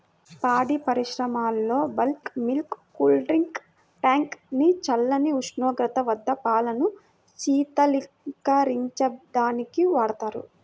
పాడి పరిశ్రమలో bulk milk cooling tank ని చల్లని ఉష్ణోగ్రత వద్ద పాలను శీతలీకరించడానికి వాడతారు